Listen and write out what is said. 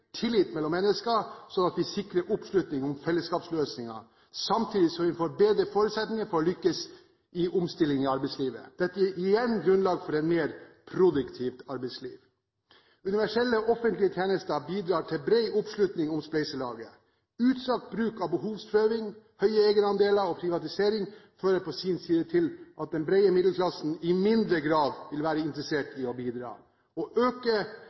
tillit mellom mennesker, slik at vi sikrer oppslutningen om fellesskapsløsninger, samtidig som vi får bedre forutsetninger for å lykkes med omstilling i arbeidslivet. Dette gir igjen grunnlag for et mer produktivt arbeidsliv. Universelle offentlige tjenester bidrar til bred oppslutning om spleiselaget. Utstrakt bruk av behovsprøving, høye egenandeler og privatisering fører på sin side til at den brede middelklassen i mindre grad vil være interessert i å bidra. Å øke